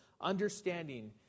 understanding